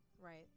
Right